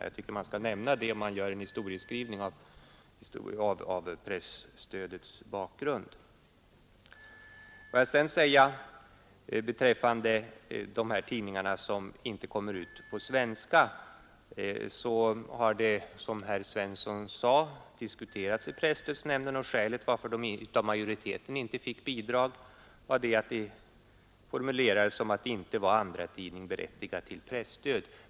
Jag tycker att man bör nämna det om man gör en beskrivning av bakgrunden till presstödet. Vad beträffar de tidningar som inte kommer ut på svenska har dessa, som herr Svensson sade, diskuterats i presstödsnämnden. Skälet till att majoriteten inte ville ge dessa tidningar bidrag var, som det formulerades, att de icke var andratidningar, berättigade till presstöd.